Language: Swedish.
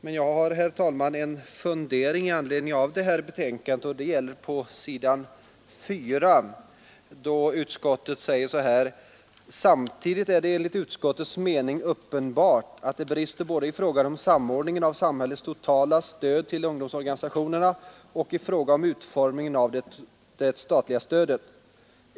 Men jag har, herr talman, en fundering i anledning av det som anförts längst ner på s. 4 i betänkandet. Där heter det: ”Samtidigt är det enligt utskottets mening uppenbart att det brister både i fråga om samordningen av samhällets totala stöd till ungdomsorganisationerna och i fråga om utformningen av det statliga stödet.